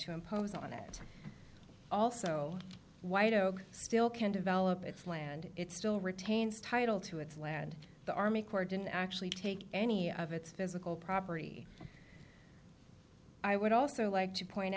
to impose on it also white oak still can develop its land its still retains title to its land the army corps didn't actually take any of its physical property i would also like to point